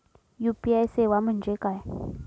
UPI सेवा म्हणजे काय?